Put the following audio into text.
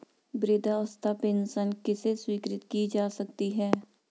वृद्धावस्था पेंशन किसे स्वीकृत की जा सकती है?